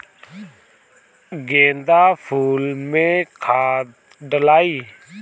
गेंदा फुल मे खाद डालाई?